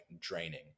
draining